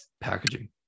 packaging